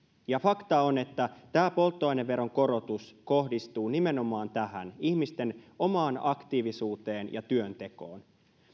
ja fakta on että tämä polttoaineveron korotus kohdistuu nimenomaan tähän ihmisten omaan aktiivisuuteen ja työntekoon